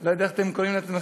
לא יודע איך אתם קוראים לעצמכם,